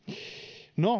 no